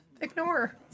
ignore